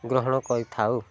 ଗ୍ରହଣ କରିଥାଉ